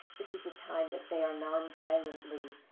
this is a time that they are nonviolently